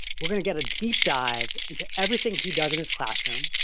we're gonna get a deep dive into everything he does in his classroom,